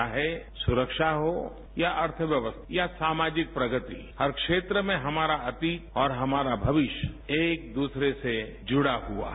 चाहे सुरक्षा हो या अर्थव्यवस्था या सामाजिक प्रगति हर क्षेत्र में हमारा अतीत और हमारा भविष्य एक दूसरे से जुड़ा हुआ है